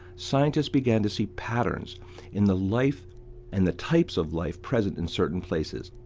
scientists began to see patterns in the life and the types of life present in certain places,